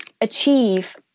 achieve